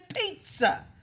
pizza